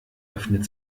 öffnet